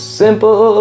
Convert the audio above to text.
simple